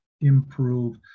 improve